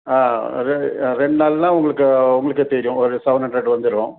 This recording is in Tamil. ஆ அது ரெண்டு நாள்னால் உங்களுக்கு உங்களுக்கே தெரியும் ஒரு செவன் ஹண்ட்ரட் வந்துடும்